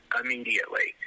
immediately